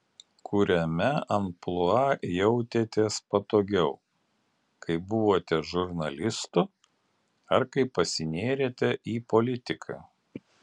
kuriame amplua jautėtės patogiau kai buvote žurnalistu ar kai pasinėrėte į politiką